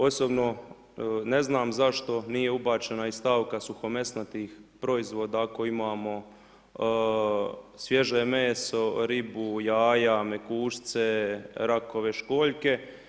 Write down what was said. Osobno ne znam zašto nije ubačena i stavka suhomesnatih proizvoda ako imamo svježe meso, ribu, jaja, mekušce, rakove, školjke.